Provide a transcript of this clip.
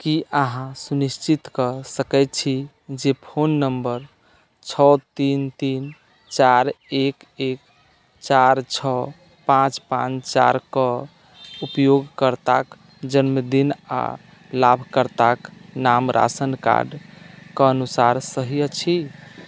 की अहाँ सुनिश्चित कऽ सकैत छी जे फोन नम्बर छओ तीन तीन चारि एक एक चारि छओ पाँच पाँच चारि कऽ उपयोगकर्ताक जन्मदिन आ लाभकर्ताक नाम राशन कार्डके अनुसार सही अछि